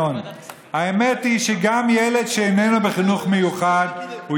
ינון: האמת היא שגם ילד שאיננו בחינוך מיוחד הוא